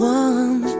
one